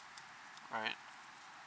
alright